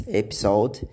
episode